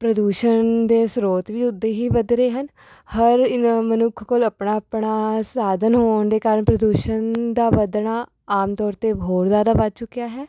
ਪ੍ਰਦੂਸ਼ਣ ਦੇ ਸਰੋਤ ਵੀ ਉੱਦਾਂ ਹੀ ਵੱਧ ਰਹੇ ਹਨ ਹਰ ਮਨੁੱਖ ਕੋਲ ਆਪਣਾ ਆਪਣਾ ਸਾਧਨ ਹੋਣ ਦੇ ਕਾਰਨ ਪ੍ਰਦੂਸ਼ਣ ਦਾ ਵਧਣਾ ਆਮ ਤੌਰ 'ਤੇ ਹੋਰ ਜ਼ਿਆਦਾ ਵੱਧ ਚੁੱਕਿਆ ਹੈ